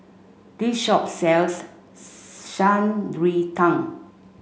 this shop sells Shan Rui Tang